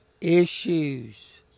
issues